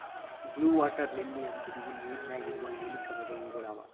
blue water lily ಅಂದುರ್ ಇವು ನೀರ ನ್ಯಾಗ ಇರವು ನೀಲಿ ಕಮಲದ ಹೂವುಗೊಳ್ ಅವಾ